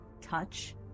touch